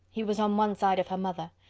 he was on one side of her mother.